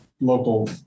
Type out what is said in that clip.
local